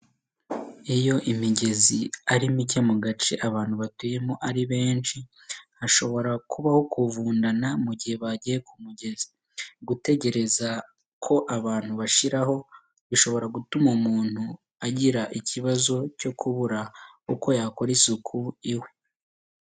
Iyo imigezi ari mike mu gace abantu batuyemo ari benshi hashobora kubaho kuvundana mu gihe bagiye ku mugezi. Gutegereza ko abantu bashiraho, bishobora gutuma umuntu agira ikibazo cyo kubura uko yakora isuku iwe.